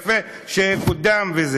שדמי, יפה, שקוּדם וכו'.